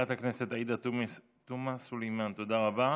חברת הכנסת עאידה תומא סלימאן, תודה רבה.